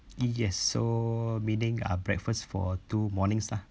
yes so meaning uh breakfast for two mornings lah